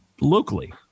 locally